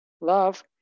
love